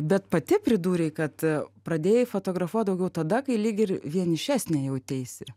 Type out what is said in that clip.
bet pati pridūrei kad pradėjai fotografuot daugiau tada kai lygi ir vienišesnė jauteisi